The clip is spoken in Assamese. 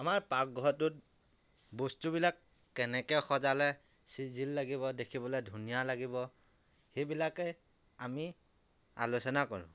আমাৰ পাকঘৰটোত বস্তুবিলাক কেনেকে সজালে চিজিল লাগিব দেখিবলে ধুনীয়া লাগিব সেইবিলাকে আমি আলোচনা কৰোঁ